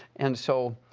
and so,